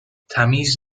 تمیز